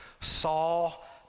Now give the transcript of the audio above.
Saul